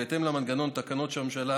בהתאם למנגנון, תקנות שהממשלה